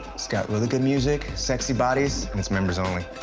it's got really good music, sexy bodies, and it's members only.